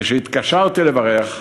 כשהתקשרתי לברך,